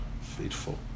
faithful